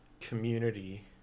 community